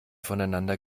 voneinander